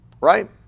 Right